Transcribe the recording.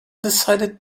decided